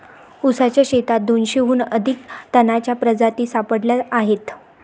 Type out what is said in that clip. ऊसाच्या शेतात दोनशेहून अधिक तणांच्या प्रजाती सापडल्या आहेत